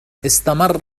استمر